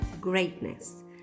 Greatness